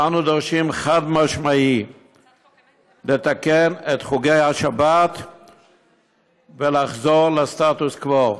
ואנו דורשים חד-משמעית לתקן את חוקי השבת ולחזור לסטטוס קוו,